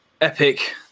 epic